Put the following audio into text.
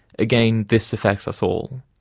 again, this affects us all.